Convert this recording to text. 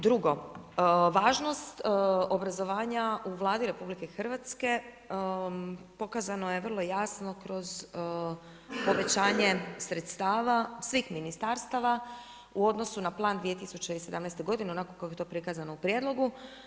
Drugo, važnost obrazovanja u Vladi RH pokazano je vrlo jasno kroz povećanje sredstava svih ministarstava u odnosu na plan 2017.g. onako kako je to prikazano u prijedlogu.